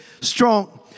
strong